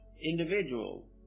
individual